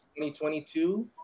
2022